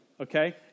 okay